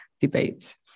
debate